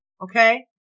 Okay